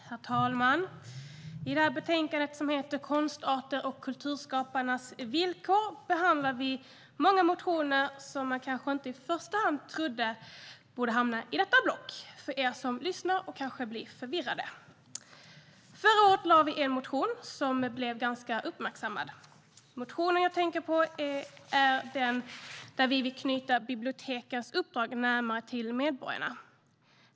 Herr talman! I betänkandet Konstarter och kulturskaparnas villkor behandlar vi många motioner som man kanske inte i första hand trodde skulle hamna i detta block. Jag säger detta till er som lyssnar och kanske blir förvirrade. Förra året väckte vi en motion som blev ganska uppmärksammad. Motionen handlar om att vi vill knyta bibliotekens uppdrag närmare till medborgarna.